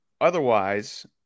otherwise